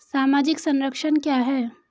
सामाजिक संरक्षण क्या है?